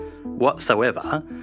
whatsoever